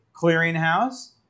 clearinghouse